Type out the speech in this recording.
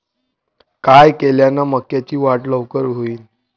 काय केल्यान मक्याची वाढ लवकर होईन?